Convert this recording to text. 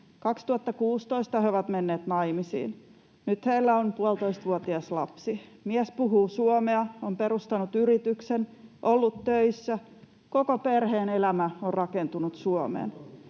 2016 he ovat menneet naimisiin. Nyt heillä on puolitoistavuotias lapsi. Mies puhuu suomea, on perustanut yrityksen, on ollut töissä. Koko perheen elämä on rakentunut Suomeen,